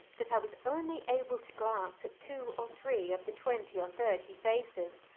that i was only able to glance at two or three of the twenty or thirty faces.